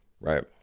right